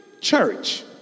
church